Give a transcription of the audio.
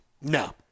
No